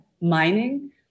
mining